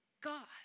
God